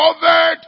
Covered